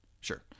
Sure